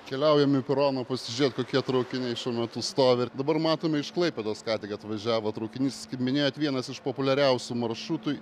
keliaujam į peroną pasižiūrėt kokie traukiniai šiuo metu stovi dabar matome iš klaipėdos ką tik atvažiavo traukinys kaip minėjot vienas iš populiariausių maršrutų